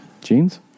Jeans